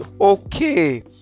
Okay